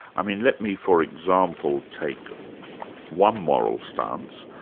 i mean, let me for example, take one moral stance,